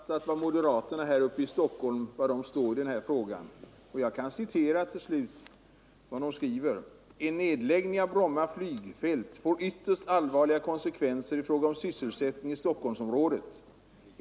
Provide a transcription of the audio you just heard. Herr talman! Jag har inte alls missuppfattat var moderaterna här uppe — av Bromma i Stockholm står i denna fråga. Jag kan citera vad de skriver, bl.a. följande: — flygplats ”En nedläggning av Bromma flygfält får ytterst allvarliga konsekvenser i fråga om sysselsättning i stockholmsområdet.